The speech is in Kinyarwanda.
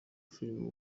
filime